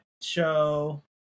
show